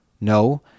No